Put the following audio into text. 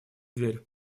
дверь